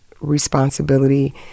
responsibility